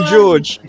George